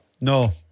no